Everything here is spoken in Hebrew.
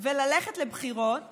וללכת לבחירות